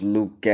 Luke